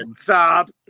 Stop